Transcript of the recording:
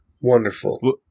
Wonderful